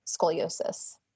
scoliosis